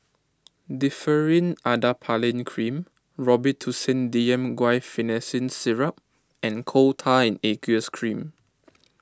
Differin Adapalene Cream Robitussin D M Guaiphenesin Syrup and Coal Tar in Aqueous Cream